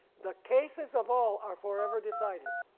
the cases of all are forever decided.